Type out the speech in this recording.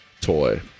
toy